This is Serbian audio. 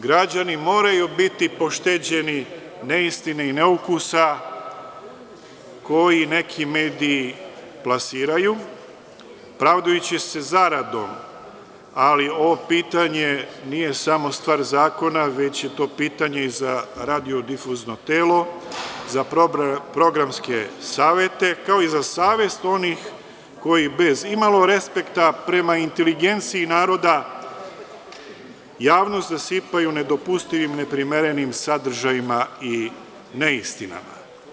Građani moraju biti pošteđeni neistine i neukusa koji neki mediji plasiraju, pravdajući se zaradom, ali ovo pitanje nije samo stvar zakona, već je to pitanje radiodifuzno telo, za programske savete, kao i za savest onih koji bez imalo respekta prema inteligenciji naroda javnost zasipaju nedopustivim i neprimerenim sadržajima i neistinama.